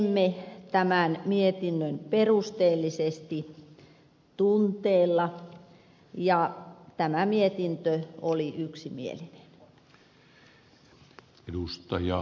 teimme tämän mietinnön perusteellisesti tunteella ja tämä mietintö oli yksimielinen